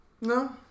No